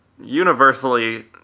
universally